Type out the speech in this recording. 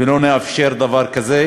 ולא נאפשר דבר כזה,